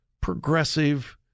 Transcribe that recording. progressive